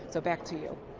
so back to you.